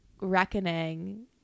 reckoning